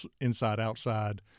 inside-outside